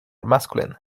masculine